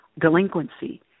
delinquency